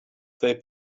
they